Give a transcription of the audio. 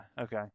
Okay